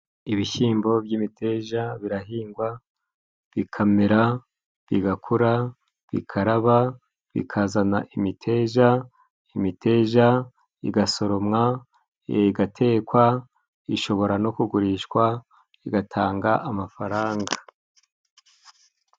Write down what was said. Ibishyimbo by'imiteja birahingwa, bikamera, bigakura, bikaraba, bikazana imiteja; imiteja igasoromwa igatekwa. Ishobora no kugurishwa igatanga amafaranga.